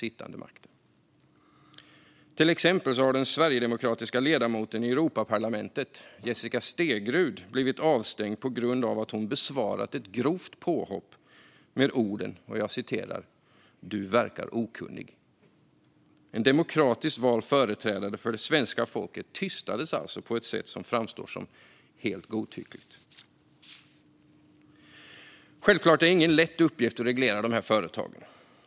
Till exempel har den sverigedemokratiska ledamoten i Europaparlamentet, Jessica Stegrud, blivit avstängd på grund av att hon besvarat ett grovt påhopp med orden: Du verkar okunnig. En demokratiskt vald företrädare för svenska folket tystades alltså på ett sätt som framstår som helt godtyckligt. Självklart är det inte en lätt uppgift att reglera dessa företag.